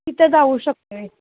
तिथं जाऊ शकतो आहे